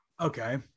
Okay